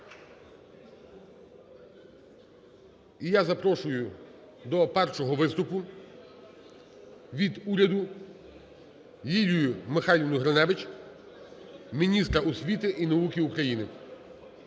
І я запрошую до першого виступу від уряду Лілію Михайлівну Гриневич, міністра освіти і науки України.